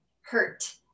hurt